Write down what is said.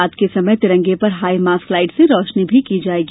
रात के समय तिरंगे पर हाईमास्क लाइट से रोशनी की जाएगी